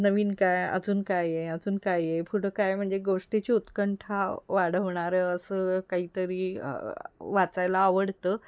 नवीन काय अजून काय आहे अजून काय आहे पुढे काय आहे म्हणजे गोष्टीची उत्कंठा वाढवणारं असं काहीतरी वाचायला आवडतं